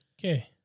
Okay